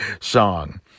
song